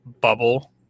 bubble